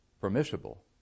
permissible